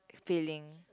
feeling